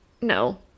No